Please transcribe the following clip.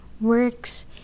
works